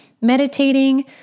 meditating